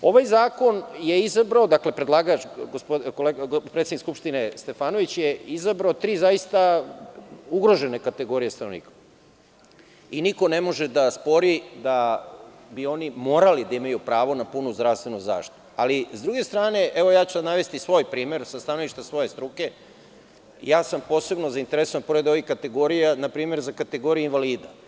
Ovaj zakon je izabrao, dakle predlagač, predsednik Skupštine, Stefanović, je izabrao tri zaista ugrožene kategorije stanovnika i niko ne može da spori da bi oni morali da imaju pravo na punu zdravstvenu zaštitu, ali s druge strane navešću svoj primer, sa stanovišta svoje struke, posebno sam zainteresovan, pored ovih kategorija, na primer za kategorije invalida.